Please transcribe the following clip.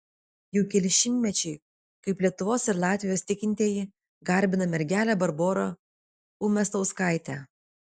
jau keli šimtmečiai kaip lietuvos ir latvijos tikintieji garbina mergelę barborą umiastauskaitę